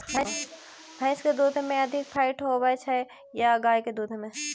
भैंस केँ दुध मे अधिक फैट होइ छैय या गाय केँ दुध में?